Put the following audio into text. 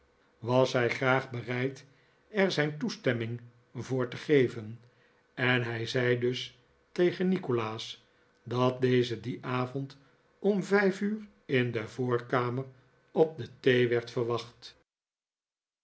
was hij graag bereid er zijn toestemming voor te geven en hij zei dus tegen nikolaas dat deze dien avond om vijf uur in de voorkamer op de thee werd verwacht